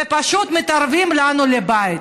ופשוט מתערבים לנו בבית.